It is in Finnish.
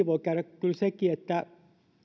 voi käydä kyllä sekin että